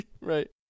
Right